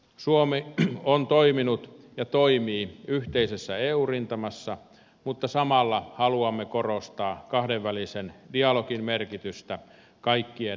suomi on toiminut ja toimii yhteisessä eu rintamassa mutta samalla haluamme korostaa kahdenvälisen dialogin merkitystä kaikkien naapureiden kanssa